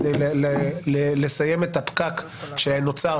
רק כדי לסיים את הפקק שנוצר